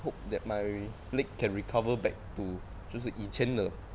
hope that my leg can recover back to 就是以前的